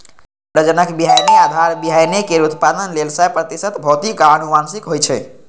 प्रजनक बीहनि आधार बीहनि केर उत्पादन लेल सय प्रतिशत भौतिक आ आनुवंशिक होइ छै